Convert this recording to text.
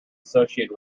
associated